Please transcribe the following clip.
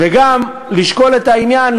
וגם לשקול את העניין,